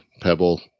Pebble